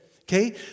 okay